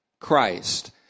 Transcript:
Christ